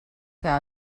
que